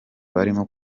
barimo